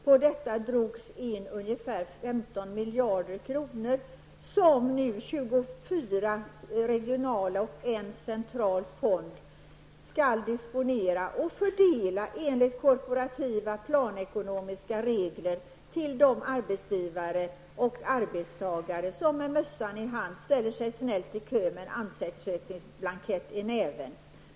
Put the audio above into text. På detta sätt drog man in ungefär 15 miljarder kronor som nu 24 regionala och en central fond skall disponera och fördela enligt korporativa och planekonomiska regler till de arbetsgivare och arbetstagare som med mössan i hand ställer sig snällt i kön med en ansökningsblankett i näven.